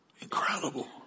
incredible